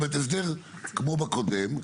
זאת אומרת הסדר כמו בקודם,